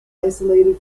isolated